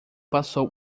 passou